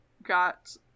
got